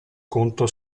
conto